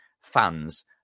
fans